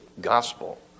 gospel